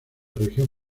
región